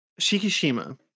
Shikishima